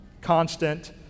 constant